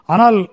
Anal